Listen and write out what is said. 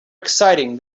exciting